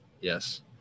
Yes